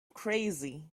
crazy